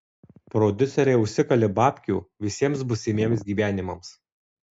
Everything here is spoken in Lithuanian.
prodiuseriai užsikalė babkių visiems būsimiems gyvenimams